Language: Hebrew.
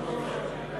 הביקור),